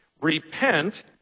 repent